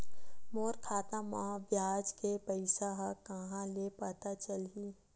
मोर खाता म ब्याज के पईसा ह कहां ले पता चलही?